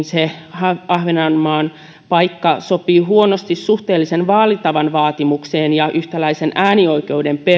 se ahvenanmaan paikka sopii huonosti suhteellisen vaalitavan vaatimukseen ja yhtäläisen äänioikeuden